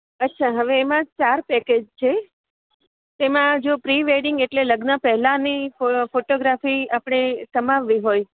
અચ્છા હવે એમાં ચાર પેકેજ છે તેમાં જો પ્રિવેડિંગ એટલે લગ્ન પહેલાંની ફોટોગ્રાફી આપણે સમાવવી હોય